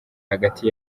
hagati